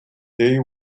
they